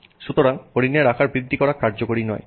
সুতরাং হরিণের আকার বৃদ্ধি করা কার্যকরী নয়